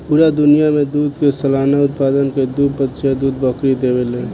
पूरा दुनिया के दूध के सालाना उत्पादन के दू प्रतिशत दूध बकरी देवे ले